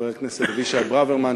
חבר הכנסת אבישי ברוורמן,